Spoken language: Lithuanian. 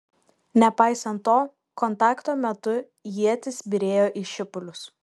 nepaisant to kontakto metu ietys byrėjo į šipulius